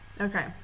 Okay